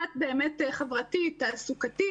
מצד אחד, באמת מוביליות חברתית תעסוקתית,